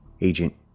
Agent